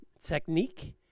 technique